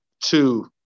two